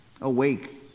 Awake